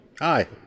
Hi